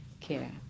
care